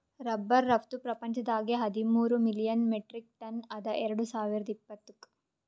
rubber ರಫ್ತು ಪ್ರಪಂಚದಾಗೆ ಹದಿಮೂರ್ ಮಿಲಿಯನ್ ಮೆಟ್ರಿಕ್ ಟನ್ ಅದ ಎರಡು ಸಾವಿರ್ದ ಇಪ್ಪತ್ತುಕ್